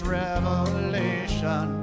revelation